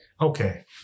Okay